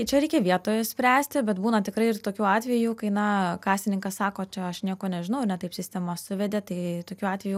čia reikia vietoje spręsti bet būna tikrai ir tokių atvejų kai na kasininkas sako čia aš nieko nežinau ne taip sistema suvedė tai tokiu atveju